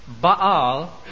Baal